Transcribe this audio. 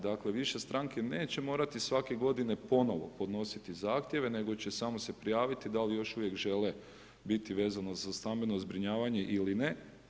Dakle više stranke neće morati svake godine ponovno podnositi zahtjeve nego će samo se prijaviti da li još uvijek žele biti vezano za stambeno zbrinjavanje ili ne.